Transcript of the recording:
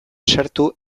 sartu